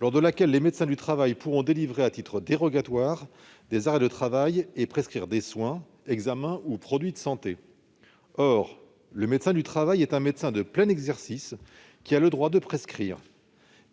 lors de laquelle les médecins du travail pourront délivrer à titre dérogatoire des arrêts de travail et prescrire des soins, examens ou produits de santé. Un médecin du travail est un médecin de plein exercice qui a le droit de prescrire,